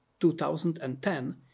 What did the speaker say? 2010